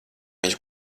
viņš